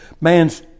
Man's